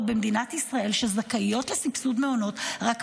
במדינת ישראל שזכאיות לסבסוד מעונות רק מה,